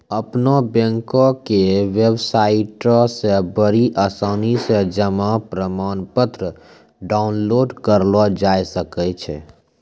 अपनो बैंको के बेबसाइटो से बड़ी आसानी से जमा प्रमाणपत्र डाउनलोड करलो जाय सकै छै